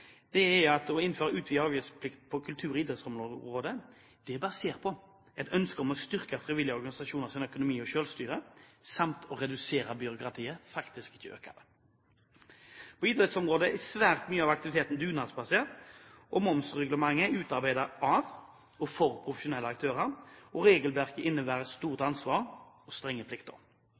at det å innføre utvidet avgiftsplikt på kultur- og idrettsområdet er basert på et ønske om å styrke frivillige organisasjoners økonomi og selvstyre samt å redusere byråkratiet – ikke å øke det. På idrettsområdet er svært mye av aktiviteten dugnadsbasert. Momsreglementet er utarbeidet for og av profesjonelle aktører, og regelverket innebærer stort ansvar og strenge plikter.